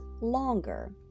longer